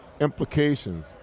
implications